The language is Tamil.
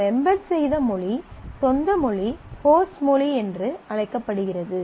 நம் எம்பெட் செய்த சொந்த மொழி ஹோஸ்ட் மொழி என அழைக்கப்படுகிறது